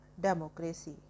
democracy